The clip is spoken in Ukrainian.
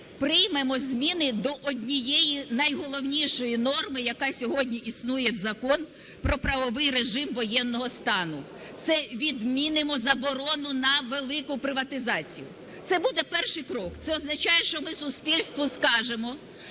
приймемо зміни до однієї найголовнішої норми, яка сьогодні існує в Законі про правовий режим воєнного стану. Це відмінимо заборону на велику приватизацію. Це буде перший крок. Це означає, що ми суспільству скажемо,